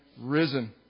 risen